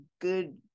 good